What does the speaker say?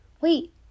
wait